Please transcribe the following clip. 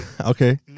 Okay